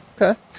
Okay